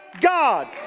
God